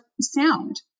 sound